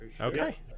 Okay